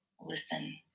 listen